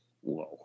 Whoa